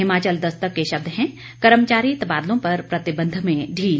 हिमाचल दस्तक के शब्द हैं कर्मचारी तबादलों पर प्रतिबंध में ढील